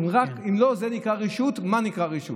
אם הוא היה לומד אנתרופולוגיה זה היה בסדר?